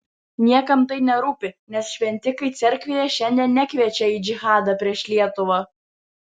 niekam tai nerūpi nes šventikai cerkvėje šiandien nekviečia į džihadą prieš lietuvą